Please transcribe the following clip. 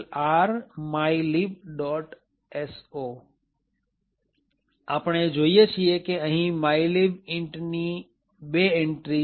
so આપણે જોઈએ છીએ કે અહીં mylib intની બે એન્ટ્રી છે